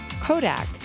Kodak